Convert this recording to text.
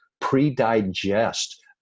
pre-digest